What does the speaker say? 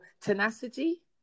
tenacity